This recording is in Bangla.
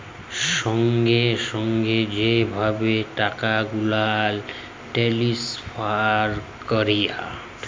সঙ্গে সঙ্গে যে ভাবে টাকা গুলাল টেলেসফার ক্যরে